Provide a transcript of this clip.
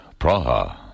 Praha